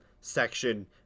section